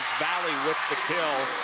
valley with the kill.